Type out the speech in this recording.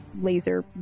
laser